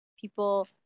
people